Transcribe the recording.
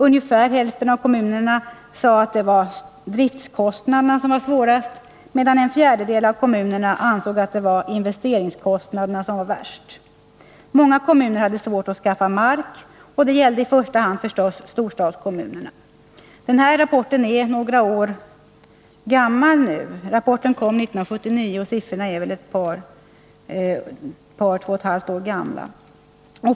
Ungefär hälften av kommunerna sade att det var driftkostnaderna som var svårast, medan en fjärdedel av kommunerna ansåg att investeringskostnaderna var värst. Många kommuner hade svårt att skaffa mark. Det gällde förstås i första hand storstadskommunerna. Denna rapport kom 1979, och siffrorna är väl två eller två och ett halvt år gamla.